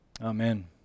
Amen